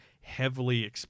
heavily